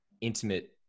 intimate